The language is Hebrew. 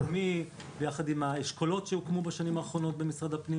ביחד עם האשכולות שהוקמו בשנה האחרונה במשרד הפנים.